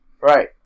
Right